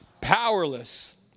powerless